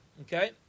Okay